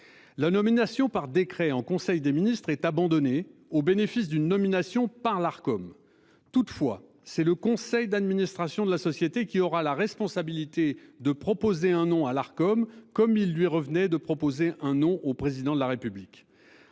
La nomination par décret en conseil des ministres est abandonnée au bénéfice d'une nomination par l'Arcom. Toutefois, c'est le conseil d'administration de la société qui aura la responsabilité de proposer un nom à l'Arcom comme il lui revenait de proposer un nom au président de la République